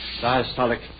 Diastolic